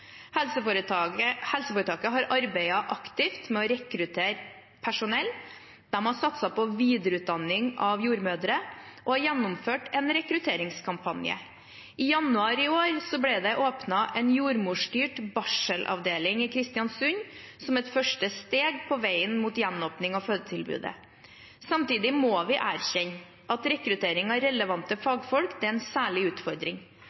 Helseforetaket har arbeidet aktivt med å rekruttere personell, de har satset på videreutdanning av jordmødre og har gjennomført en rekrutteringskampanje. I januar i år ble det åpnet en jordmorstyrt barselavdeling i Kristiansund, som et første steg på veien mot gjenåpning av fødetilbudet. Samtidig må vi erkjenne at rekruttering av relevante fagfolk er en særlig utfordring.